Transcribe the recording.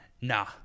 nah